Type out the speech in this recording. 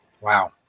wow